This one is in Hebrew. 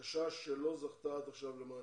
בקשה שעד עכשיו לא זכתה למענה.